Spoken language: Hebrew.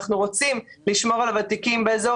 אנחנו רוצים לשמוע על הוותיקים באזור